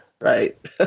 right